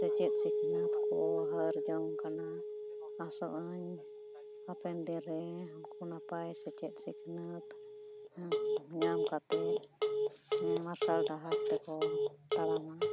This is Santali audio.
ᱥᱮᱪᱮᱫ ᱥᱤᱠᱟᱱᱟᱹᱛ ᱠᱚ ᱦᱟᱹᱨ ᱡᱚᱝᱠᱟᱱᱟ ᱟᱥᱚᱜ ᱟᱹᱧ ᱦᱟᱯᱮᱱ ᱫᱤᱱᱨᱮ ᱩᱱᱠᱩ ᱱᱟᱯᱟᱭ ᱥᱮᱪᱮᱫ ᱥᱤᱠᱱᱟᱹᱛ ᱧᱟᱢ ᱠᱟᱛᱮ ᱢᱟᱨᱥᱟᱞ ᱰᱟᱦᱟᱨ ᱛᱮᱠᱚ ᱛᱟᱲᱟᱢᱟ